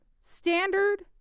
standard